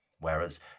whereas